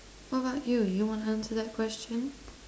what about you you wanna answer that question